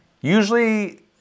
Usually